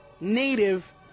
native